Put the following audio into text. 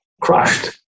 crushed